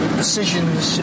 decisions